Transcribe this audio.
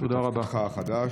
בתפקידך החדש.